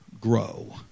grow